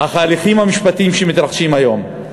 ההליכים המשפטיים שמתרחשים היום,